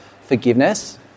forgiveness